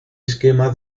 esquema